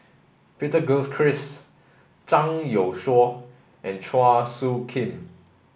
Peter Gilchrist Zhang Youshuo and Chua Soo Khim